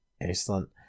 Excellent